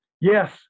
yes